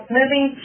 moving